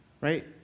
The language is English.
right